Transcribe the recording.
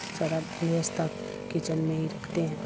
سارا ووستھا کچن میں ہی رکھتے ہیں